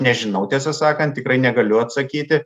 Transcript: nežinau tiesą sakant tikrai negaliu atsakyti